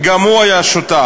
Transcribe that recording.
גם הוא היה שותף,